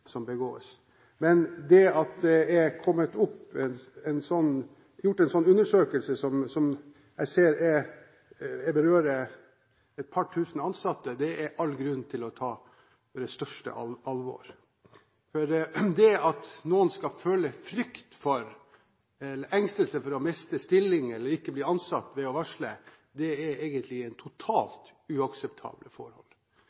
men det at det er gjort en slik undersøkelse som jeg ser berører et par tusen ansatte, er det all grunn til å ta på største alvor. Det at noen skal føle frykt eller engstelse for å miste stillingen sin eller ikke bli ansatt hvis man varsler, er egentlig totalt uakseptabelt. De ansatte ved alle norske sykehus skal vite at det å varsle